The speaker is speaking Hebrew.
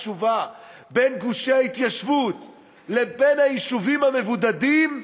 בין גושי ההתיישבות לבין היישובים המבודדים,